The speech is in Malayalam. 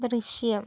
ദൃശ്യം